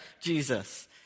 Jesus